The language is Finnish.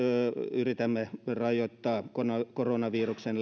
yritämme rajoittaa koronaviruksen